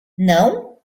não